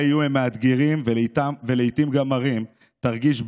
יהיו הם מאתגרים ולעיתים גם מרים / תרגיש,